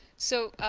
so